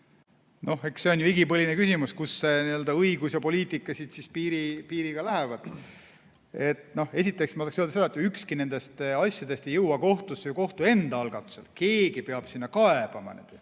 No eks see on igipõline küsimus, kust see õiguse ja poliitika piir läheb. Esiteks, ma tahan öelda seda, et ükski nendest asjadest ei jõua kohtusse ju kohtu enda algatusel. Keegi peab sinna kaebama. Keegi